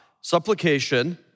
Supplication